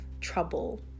trouble